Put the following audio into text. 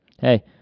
Hey